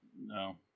no